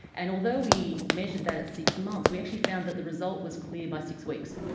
and although we measured that at six months, we actually found that the result was clear by six weeks,